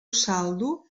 saldo